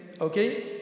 okay